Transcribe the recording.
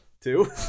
Two